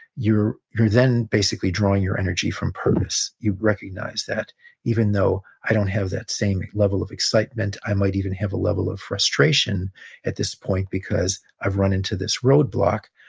you're then basically drawing your energy from purpose. you recognize that even though i don't have that same level of excitement, i might even have a level of frustration at this point because i've run into this roadblock,